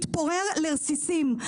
מתפורר לרסיסים.